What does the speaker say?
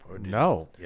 No